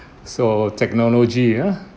so technology ah